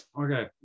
okay